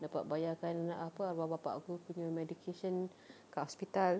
dapat bayarkan apa arwah bapa aku punya medication dekat hospital